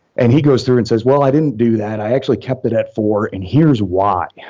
and he goes through and says, well, i didn't do that. i actually kept it at four, and here's why.